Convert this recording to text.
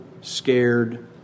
scared